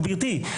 גברתי,